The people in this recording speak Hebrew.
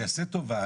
שיעשה טובה,